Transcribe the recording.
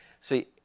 See